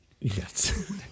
Yes